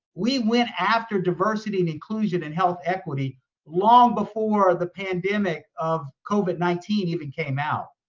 we went after diversity and inclusion and health equity long before the pandemic of covid nineteen even came out.